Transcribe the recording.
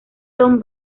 son